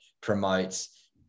promotes